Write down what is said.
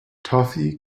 toffee